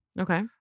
Okay